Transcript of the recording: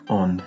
on